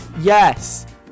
Yes